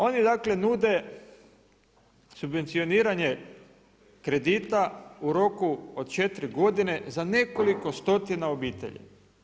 Oni dakle nude subvencioniranje kredita u roku od 4 godine za nekoliko stotina obitelji.